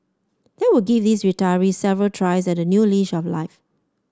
that would give these retirees several tries at a new leash of life